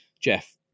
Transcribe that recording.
Jeff